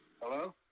Hello